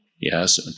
Yes